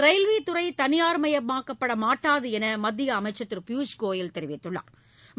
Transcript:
railway துறை தனியார்மயமாக்கப்படாது என்று மத்திய அமைச்சர் திரு பியூஷ் கோயல் தெரிவித்துள்ளா்